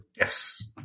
Yes